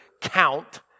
count